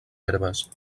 herbes